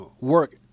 work